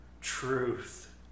truth